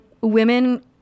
women